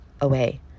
away